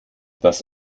dass